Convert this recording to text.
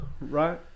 right